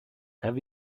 have